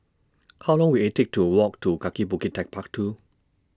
How Long Will IT Take to Walk to Kaki Bukit Techpark two